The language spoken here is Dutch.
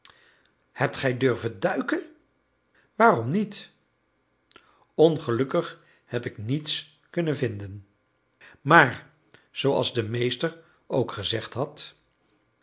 hebt gij durven duiken waarom niet ongelukkig heb ik niets kunnen vinden maar zooals de meester ook gezegd had